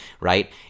right